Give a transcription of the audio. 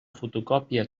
fotocòpia